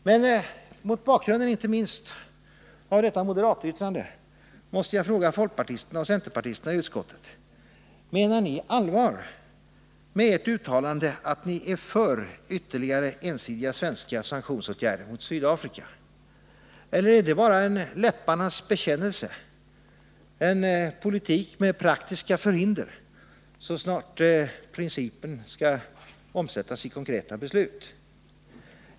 Men mot bakgrunden inte minst av detta moderatyttrande måste jag fråga folkpartisterna och centerpartisterna i utskottet: Menar ni allvar med ert uttalande att ni är för ytterligare ensidiga svenska sanktionsåtgärder mot Sydafrika? Eller är det bara en läpparnas bekännelse, en politik med praktiska förhinder så snart principen skall omsättas i konkreta beslut?